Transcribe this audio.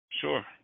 sure